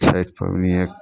Chhath पबनिए